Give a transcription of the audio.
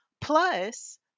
plus